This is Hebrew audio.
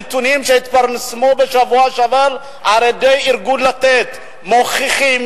הנתונים שהתפרסמו בשבוע שעבר על-ידי ארגון "לתת" מוכיחים